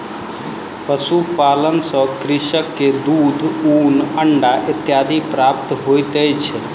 पशुपालन सॅ कृषक के दूध, ऊन, अंडा इत्यादि प्राप्त होइत अछि